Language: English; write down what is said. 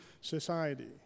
society